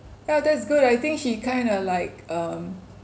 yeah that's good I think she kind of like um